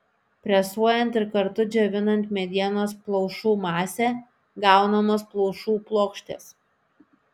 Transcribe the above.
presuojant ir kartu džiovinant medienos plaušų masę gaunamos plaušų plokštės